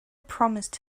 promised